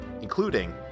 including